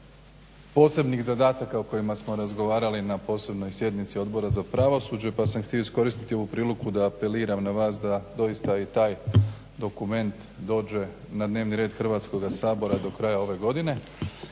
posebnih zadataka o kojima smo razgovarali na posebnoj sjednici Odbora za pravosuđe pa sam htio iskoristiti ovu priliku da apeliram na vas da doista i taj dokument dođe na dnevni red Hrvatskoga sabora do kraja ove godine.